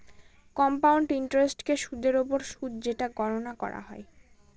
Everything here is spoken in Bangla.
কম্পাউন্ড ইন্টারেস্টকে সুদের ওপর সুদ যেটা গণনা করা হয়